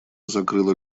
закрыла